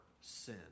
sin